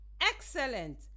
Excellent